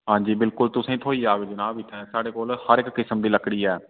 हां जी बिलकुल तुसें थ्होई जाह्ग जनाब इत्थें साढ़े कोल हर इक किसम दी लक्कड़ी ऐ